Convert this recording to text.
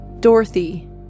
Dorothy